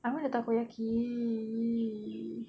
I want the takoyaki